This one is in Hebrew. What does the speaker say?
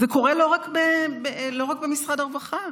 זה קורה לא רק במשרד הרווחה,